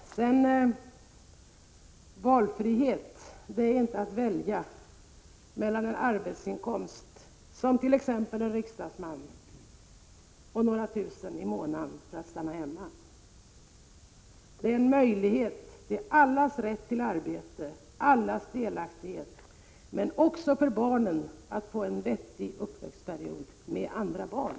Vidare: Valfrihet är inte att välja mellan arbetsinkomst av arbete som t.ex. riksdagsman och några tusen i månaden för att stanna hemma. Valfrihet innebär allas rätt till arbete, allas delaktighet, men också möjligheten för barnet att få en vettig uppväxtperiod med andra barn.